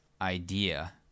idea